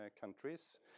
countries